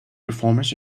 performers